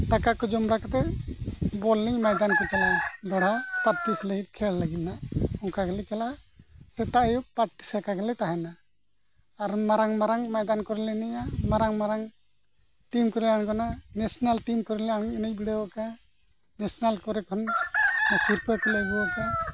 ᱫᱟᱠᱟ ᱠᱚ ᱡᱚᱢ ᱵᱟᱲᱟ ᱠᱟᱛᱮᱫ ᱵᱚᱞ ᱮᱱᱮᱡ ᱢᱚᱭᱫᱟᱱ ᱠᱚ ᱪᱟᱞᱟᱜᱼᱟ ᱫᱚᱦᱲᱟ ᱯᱨᱮᱠᱴᱤᱥ ᱞᱟᱹᱜᱤᱫ ᱠᱷᱮᱞ ᱞᱟᱹᱜᱤᱫ ᱦᱟᱸᱜ ᱚᱱᱠᱟ ᱜᱮᱞᱮ ᱪᱟᱞᱟᱜᱼᱟ ᱥᱮᱛᱟᱜ ᱟᱹᱭᱩᱵ ᱯᱨᱮᱠᱴᱤᱥ ᱟᱠᱟᱜ ᱜᱮᱞᱮ ᱛᱟᱦᱮᱱᱟ ᱟᱨᱦᱚᱸ ᱢᱟᱨᱟᱝ ᱢᱟᱨᱟᱝ ᱢᱚᱭᱫᱟᱱ ᱠᱚᱨᱮᱞᱮ ᱮᱱᱮᱡᱼᱟ ᱢᱟᱨᱟᱝ ᱢᱟᱨᱟᱝ ᱴᱤᱢ ᱠᱚᱞᱮ ᱟᱬᱜᱚᱱᱟ ᱱᱮᱥᱱᱮᱞ ᱴᱤᱢ ᱠᱚᱨᱮ ᱞᱮ ᱮᱱᱮᱡ ᱵᱤᱰᱟᱹᱣ ᱠᱟᱜᱼᱟ ᱱᱮᱥᱱᱮᱞ ᱠᱚᱨᱮ ᱠᱷᱚᱱ ᱥᱤᱨᱯᱟᱹ ᱠᱚᱞᱮ ᱟᱹᱜᱩ ᱠᱟᱜᱼᱟ